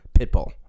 Pitbull